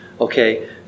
okay